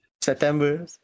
September